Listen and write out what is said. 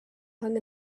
hung